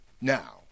Now